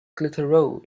clitheroe